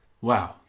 Wow